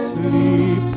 sleep